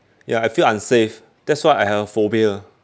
ya I feel unsafe that's why I have a phobia